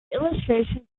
illustration